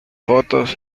fotos